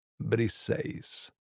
Briseis